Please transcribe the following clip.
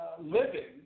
living